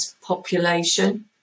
population